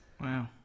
wow